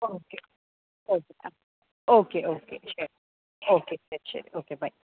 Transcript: okay okay okay okay ശരി okay okay ശരി ശരി ഓക്കെ ബൈ